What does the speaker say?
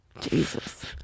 jesus